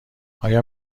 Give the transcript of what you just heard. آیا